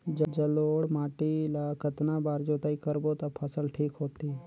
जलोढ़ माटी ला कतना बार जुताई करबो ता फसल ठीक होती?